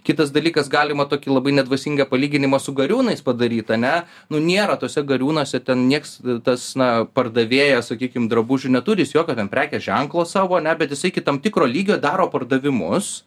kitas dalykas galima tokį labai nedvasingą palyginimą su gariūnais padaryt ane nu nėra tuose gariūnuose ten nieks tas na pardavėjas sakykim drabužių neturi jis jokio ten prekės ženklo savo ane bet jisai iki tam tikro lygio daro pardavimus